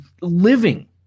living